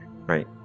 right